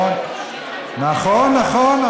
נכון, נכון.